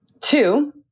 two